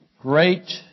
Great